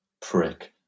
prick